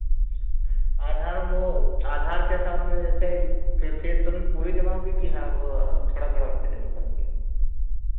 आधार वो में आधार के साथ में जैसे फिर फीस तुरंत पूरी जमा होगी कि हाँ वो थोड़ा थोड़ा करके देना पड़ेंगे